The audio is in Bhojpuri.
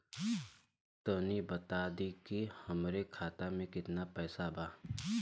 तनि बता देती की हमरे खाता में कितना पैसा बा?